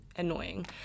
annoying